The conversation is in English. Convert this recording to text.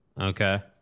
Okay